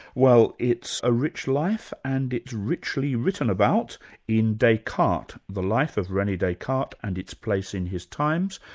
well it's a rich life, and its richly written about in descartes the life of rene descartes and its place in his times,